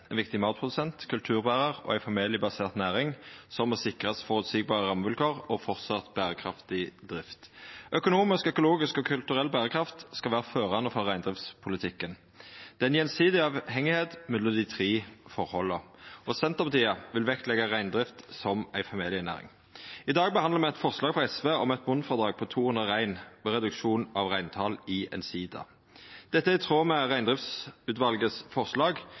ein viktig matprodusent, ein kulturberar og ei familiebasert næring som må sikrast føreseielege rammevilkår og fortsatt berekraftig drift. Økonomisk, økologisk og kulturell berekraft skal vera førande for reindriftspolitikken. Det er ei gjensidig avhengigheit mellom dei tre forholda. Senterpartiet vil vektleggja reindrift som ei familienæring. I dag behandlar me eit forslag frå SV om eit botnfrådrag på 200 rein ved reduksjon av reintal i ein sida. Dette er i tråd med Reindriftsutvalets forslag,